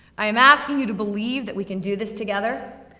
i am asking you to believe that we can do this together,